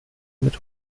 mit